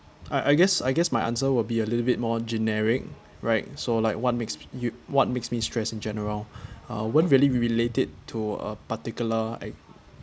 I I guess I guess my answer will be a little bit more generic right so like what makes you what makes me stressed in general uh won't really re-relate it to a particular ex~